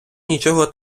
нічого